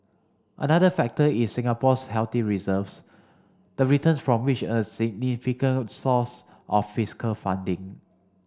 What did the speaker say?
another factor is Singapore's healthy reserves the returns from which a significant source of fiscal funding